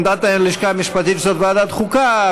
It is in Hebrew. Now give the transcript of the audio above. עמדת הלשכה המשפטית היא שזו ועדת חוקה,